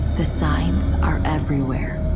the signs are everywhere.